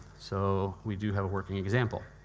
so we do have a working example.